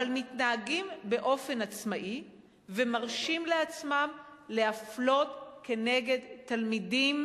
אבל מתנהגים באופן עצמאי ומרשים לעצמם להפלות תלמידים